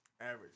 Average